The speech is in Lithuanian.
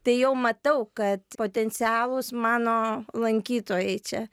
tai jau matau kad potencialūs mano lankytojai čia